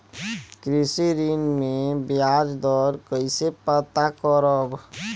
कृषि ऋण में बयाज दर कइसे पता करब?